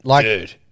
Dude